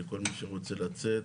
שכל מי שרוצה לצאת,